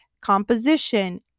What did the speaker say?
composition